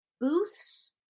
booths